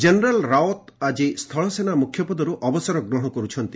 general Rawat ଆଜି ସ୍ଥଳ ସେନା ମୁଖ୍ୟ ପଦରୁ ଅବସର ଗ୍ରହଣ କରୁଛନ୍ତି